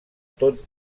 tot